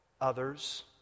others